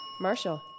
Marshall